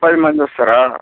పది మంది వస్తారా